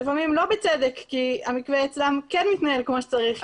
ולפעמים לא בצדק כי המקווה אצלן כן מתנהל כמו שצריך.